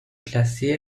classé